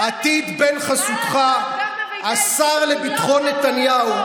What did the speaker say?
עתיד בן חסותך, השר לביטחון נתניהו,